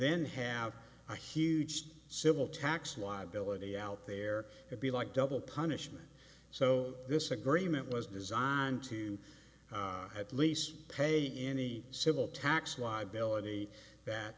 then have a huge civil tax liability out there would be like double punishment so this agreement was designed to at least pay any civil tax liability that